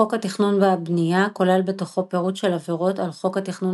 חוק התכנון והבנייה כולל בתוכו פרוט של עבירות על חוק התכנון